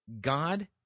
God